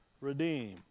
redeem